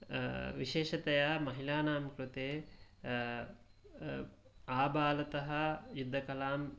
विशेषतया महिलानां कृते आबालतः युद्धकलाम्